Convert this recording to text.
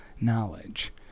Knowledge